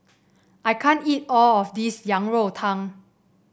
I can't eat all of this Yang Rou Tang